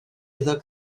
iddo